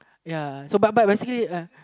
ya so but but basically it lah